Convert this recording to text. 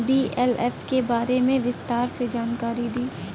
BLF के बारे में विस्तार से जानकारी दी?